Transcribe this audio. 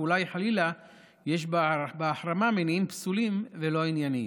ואולי חלילה יש בהחרמה מניעים פסולים ולא ענייניים.